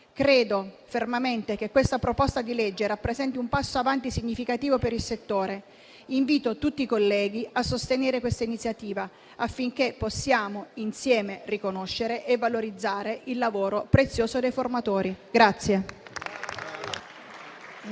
Credo fermamente che questa proposta di legge rappresenti un passo avanti significativo per il settore. Invito tutti i colleghi a sostenere questa iniziativa affinché possiamo insieme riconoscere e valorizzare il lavoro prezioso dei formatori.